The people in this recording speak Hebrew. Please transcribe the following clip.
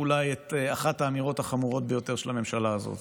אולי אחת האמירות החמורות ביותר של הממשלה הזאת.